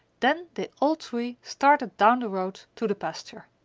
then they all three started down the road to the pasture.